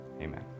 Amen